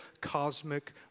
cosmic